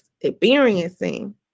experiencing